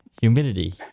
Humidity